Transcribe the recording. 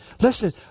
Listen